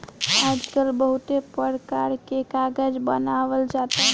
आजकल बहुते परकार के कागज बनावल जाता